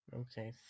Okay